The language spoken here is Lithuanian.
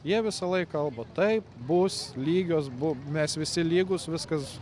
jie visąlaik kalba taip bus lygios bu mes visi lygūs viskas